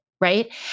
right